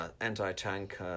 anti-tank